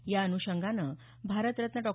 या अनुषंगानं भारतरत्न डॉ